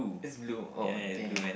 that's blue oh damn